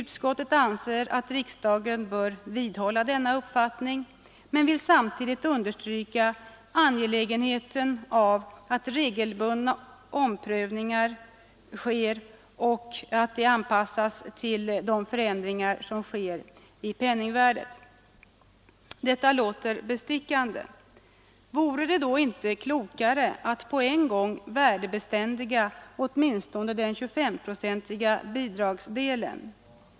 Utskottet anser att riksdagen bör vidhålla denna uppfattning men vill samtidigt understryka angelägenheten av att regelbundna omprövningar görs och att bidragen anpassas till de förändringar som sker i penningvärdet. Detta låter bestickande. Vore det då inte klokare att på en gång värdebeständiga åtminstone den 25-procentiga bidragsdelen?